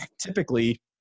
typically